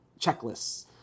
checklists